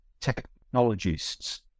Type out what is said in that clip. technologists